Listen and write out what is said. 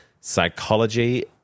Psychology